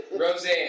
Roseanne